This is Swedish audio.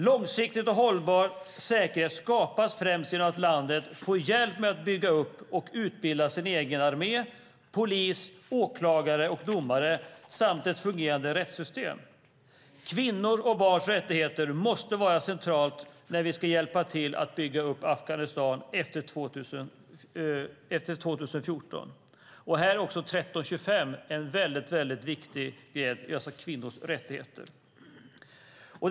Långsiktig och hållbar säkerhet skapas främst genom att landet får hjälp med att bygga upp och utbilda sin egen armé, polis, åklagare och domare samt ett fungerande rättssystem. Kvinnors och barns rättigheter måste vara centralt när vi ska hjälpa till och bygga upp Afghanistan efter 2014. När det gäller kvinnors rättigheter är FN-resolution 1325 viktig.